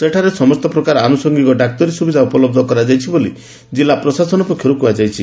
ସେଠାରେ ସମସ୍ତ ପ୍ରକାର ଆନୁଷଙ୍ଗିକ ଡାକ୍ତରୀ ସୁବିଧା ଉପଲହ କରାଯାଇଛି ବୋଲି ଜିଲ୍ଲା ପ୍ରଶାସନ ପକ୍ଷରୁ କୁହାଯାଇଛି